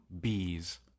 bees